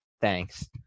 thanks